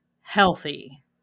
healthy